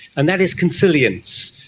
and that is consilience.